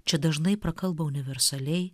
čia dažnai prakalba universaliai